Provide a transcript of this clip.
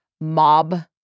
mob-